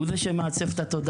הוא זה שמעצב את התודעה,